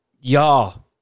Y'all